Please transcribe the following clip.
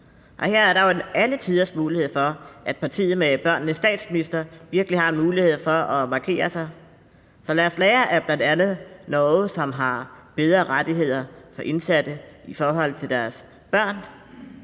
Her er der jo en alletiders mulighed for, at partiet med børnenes statsminister virkelig kan markere sig. Så lad os lære af bl.a. Norge, som har bedre rettigheder for indsatte i forhold til deres børn.